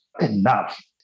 enough